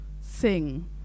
sing